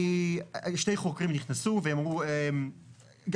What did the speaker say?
שני חוקרים נכנסו ואמרו "בוא,